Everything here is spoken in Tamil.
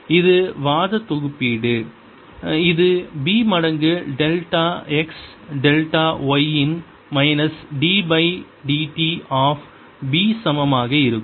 இது வாத் தொகுப்பீடு இது B மடங்கு டெல்டா x டெல்டா y இன் minus d by dt of B சமமாக இருக்கும்